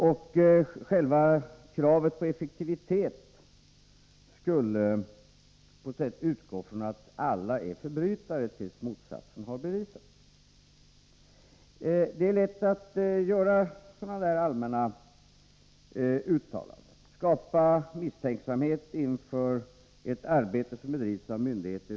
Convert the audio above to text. Och själva kravet på effektivitet skulle på ett sätt innebära att man utgår från att alla är förbrytare tills motsatsen har bevisats. Det är lätt att göra sådana allmänna uttalanden och på det sättet skapa misstänksamhet inför ett arbete som bedrivs av myndigheter.